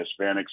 Hispanics